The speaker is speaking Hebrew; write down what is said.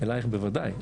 אלייך בוודאי,